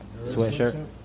Sweatshirt